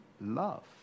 love